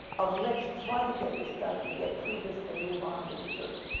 of let's try to get this done and get through this, and move on with the church.